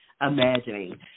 imagining